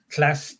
Class